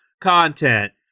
content